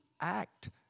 act